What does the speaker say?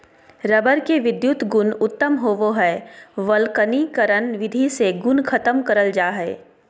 rubber के विधुत गुण उत्तम होवो हय वल्कनीकरण विधि से गुण खत्म करल जा हय